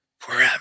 forever